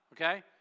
okay